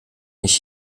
ich